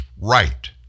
right